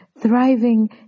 Thriving